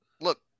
Look